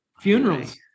funerals